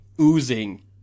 oozing